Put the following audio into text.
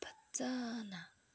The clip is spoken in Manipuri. ꯐꯖꯅ